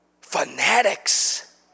Fanatics